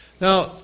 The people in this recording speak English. Now